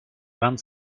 vingt